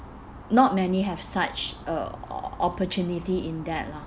not many have such uh opportunity in that lah